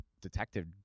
detective